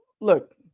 Look